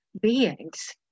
beings